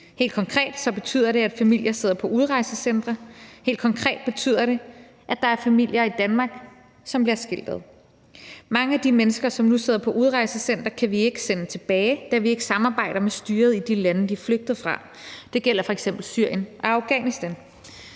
helt konkret betyder det, at familier sidder på udrejsecentre, helt konkret betyder det, at der er familier i Danmark, som bliver skilt ad. Mange af de mennesker, som nu sidder på udrejsecentre, kan vi ikke sende tilbage, da vi ikke samarbejder med styret i de lande, de er flygtet fra. Det gælder f.eks. Syrien og Afghanistan.